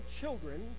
children